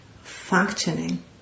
functioning